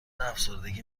افسردگی